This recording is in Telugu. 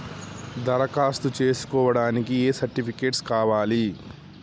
దరఖాస్తు చేస్కోవడానికి ఏ సర్టిఫికేట్స్ కావాలి?